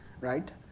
right